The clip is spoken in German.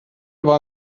war